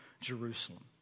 Jerusalem